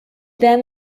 then